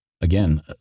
again